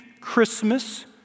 Christmas